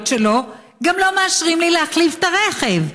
שלו גם לא מאשרים לי להחליף את הרכב.